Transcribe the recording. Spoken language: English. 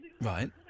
right